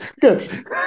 Good